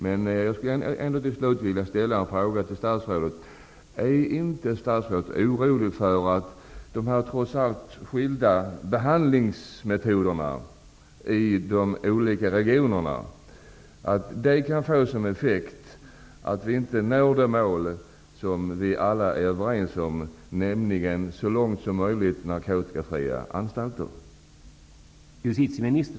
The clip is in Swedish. Men jag skulle ändå till slut vilja ställa en fråga till statsrådet: Är inte statsrådet orolig för att de trots allt skilda behandlingsmetoderna i de olika regionerna kan få som effekt att vi inte når det mål som vi alla är överens om, nämligen så långt som möjligt narkotikafria anstalter?